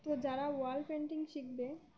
তো যারা wall painting শিখবে